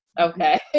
okay